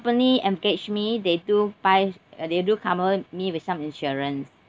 ~pany engage me they do buy uh they do cover me with some insurance